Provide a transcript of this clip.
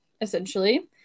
essentially